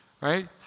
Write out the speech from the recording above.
right